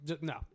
No